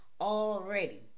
already